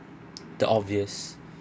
the obvious